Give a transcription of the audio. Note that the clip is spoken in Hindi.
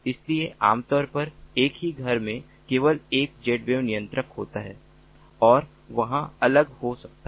इसलिए आम तौर पर एक ही घर में केवल एक Zwave नियंत्रक होता है और वहाँ अलग हो सकता है